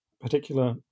particular